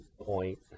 point